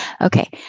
Okay